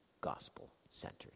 gospel-centered